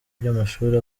by’amashuri